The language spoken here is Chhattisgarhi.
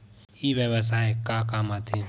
ई व्यवसाय का काम आथे?